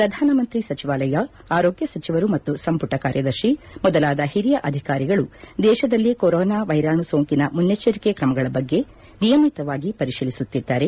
ಪ್ರಧಾನಮಂತ್ರಿ ಸಚಿವಾಲಯ ಆರೋಗ್ಲ ಸಚಿವರು ಮತ್ತು ಸಂಪುಟ ಕಾರ್ಯದರ್ಶಿ ಮೊದಲಾದ ಹಿರಿಯ ಅಧಿಕಾರಿಗಳು ದೇಶದಲ್ಲಿ ಕೊರೋನಾ ವೈರಾಣು ಸೋಂಕಿನ ಮುನ್ನೆಚ್ಚರಿಕೆ ತ್ರಮಗಳ ಬಗ್ಗೆ ನಿಯಮಿತವಾಗಿ ಪರಿತೀಲಿಸುತ್ತಿದ್ದಾರೆ